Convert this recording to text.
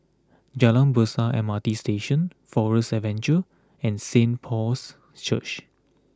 Jalan Besar M R T Station Forest Adventure and Saint Paul's Church